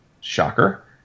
Shocker